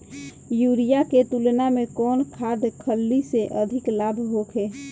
Urea के तुलना में कौन खाध खल्ली से अधिक लाभ होखे?